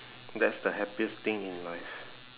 that's the happiest thing in life